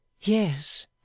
Yes